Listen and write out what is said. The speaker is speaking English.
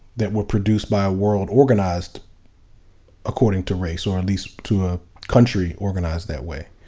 that were produced by a world organized according to race or at least to a country organized that way.